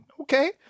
okay